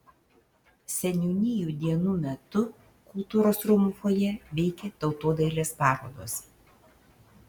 seniūnijų dienų metu kultūros rūmų fojė veikė tautodailės parodos